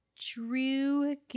drew